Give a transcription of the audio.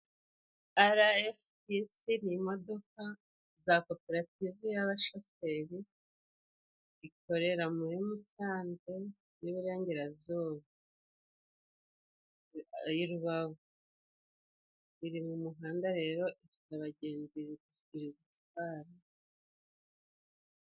RFTC ni imodoka za koperative y'abashoferi ikorera muri Musanze y'Iburengerazuba, i Rubavu. Iri mu muhanda rero ifite abagenzi iri gutwara.